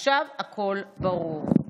עכשיו הכול ברור.